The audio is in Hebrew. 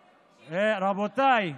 רבותיי,